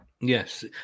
Yes